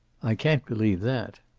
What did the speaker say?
i can't believe that.